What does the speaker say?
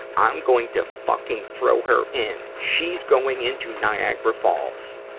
i'm going to fucking throw her in! she's going into niagara falls!